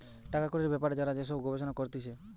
টাকা কড়ির বেপারে যারা যে সব গবেষণা করতিছে